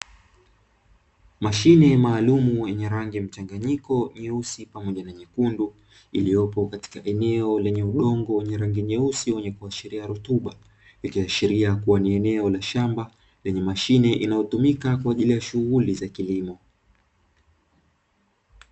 Mashine maalumu yenye rangi mchanganyiko nyeusi pamoja na nyekundu iliyopo katika eneo lenye udongo wenye rangi nyeusi wenye kuashiria rutuba, ikiashiria kuwa ni eneo la shamba lina mashine inayotumika kwa shughuli za kilimo.